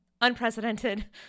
unprecedented